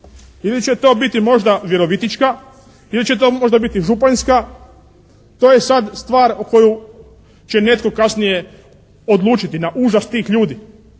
ili će to biti možda Virovitička ili će to biti možda Županjska to je sada stvar koju će netko kasnije odlučiti na užas tih ljudi.